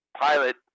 pilot